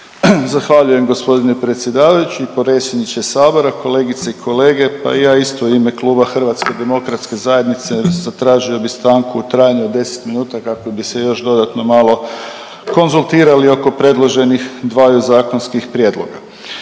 Zahvaljujem g. predsjedavajući predsjedniče sabora, kolegice i kolege. Pa ja isto u ime Kluba HDZ-a zatražio bi stanku u trajanju od 10 minuta kako bi se još dodatno malo konzultirali oko predloženih dvaju zakonskih prijedloga.